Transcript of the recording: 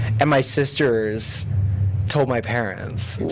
and my sisters told my parents.